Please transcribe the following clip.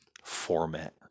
Format